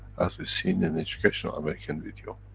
as we seen in educational american video.